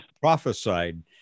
prophesied